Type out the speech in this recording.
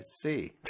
see